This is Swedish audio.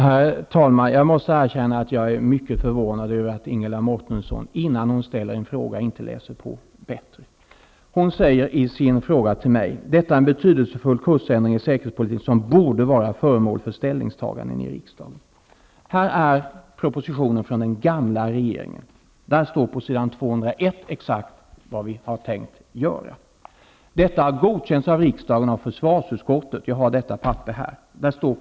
Herr talman! Jag måste erkänna att jag är mycket förvånad över att Ingela Mårtensson inte läst på bättre innan hon framställer en fråga. ”Detta är en betydelsefull kursändring i säkerhetspolitiken som borde vara föremål för ställningstagande i riksdagen.” Men här har vi en proposition från den gamla regeringen. På s. 201 i den står exakt vad vi har tänkt göra. Detta har godkänts av riksdagen och försvarsutskottet. Jag har papperet här.